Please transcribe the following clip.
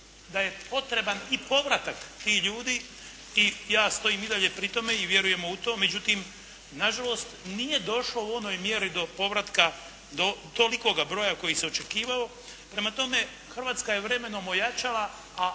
da je potreban i povratak tih ljudi i ja stojim i dalje pri tome i vjerujem u to, međutim na žalost nije došlo u onoj mjeri do povratka do tolikoga broja koji se očekivao. Prema tome Hrvatska je vremenom ojačala,